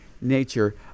nature